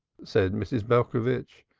said mrs. belcovitch.